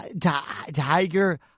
Tiger